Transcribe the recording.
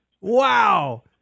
Wow